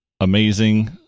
amazing